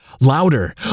louder